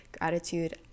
Gratitude